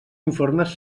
informes